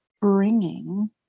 bringing